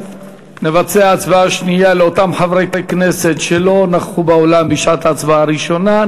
נבצע הצבעה שנייה לאותם חברי כנסת שלא נכחו באולם בשעת ההצבעה הראשונה.